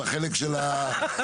בחלק של הבעיות?